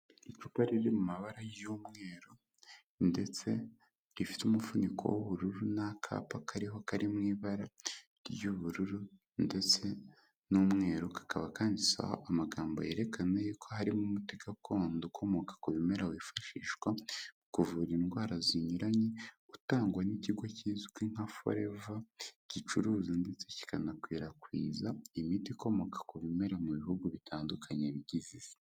Icupa riri mu mabara y'umweru, ndetse rifite umufuniko w'ubururu n'akapa kariho kari mu ibara ry'ubururu ndetse n'umweru, kakaba kanditseho amagambo yerekana yuko harimo umuti gakondo ukomoka ku bimera wifashishwa mu kuvura indwara zinyuranye, utangwa n'ikigo kizwi nka Foreva, gicuruza ndetse kikanakwirakwiza imiti ikomoka ku bimera mu bihugu bitandukanye bigize Isi.